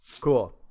Cool